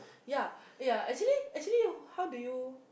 ya ya actually actually how do you